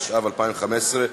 התשע"ו 2015,